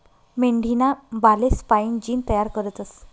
मेंढीना बालेस्पाईन जीन तयार करतस